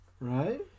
Right